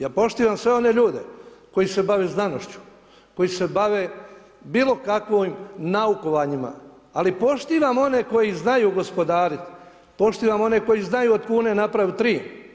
Ja poštivam sve one ljude koji se bave znanošću, koji se bave bilo kakvim naukovanjima, ali poštivam one koji znaju gospodariti, poštivam one koji znaju od kune napraviti tri.